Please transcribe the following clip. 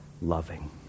loving